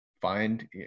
find